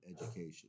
education